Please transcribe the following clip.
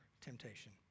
temptation